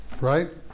right